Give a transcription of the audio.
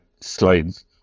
slides